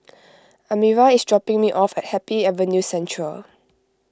Elmira is dropping me off at Happy Avenue Central